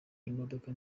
imodoka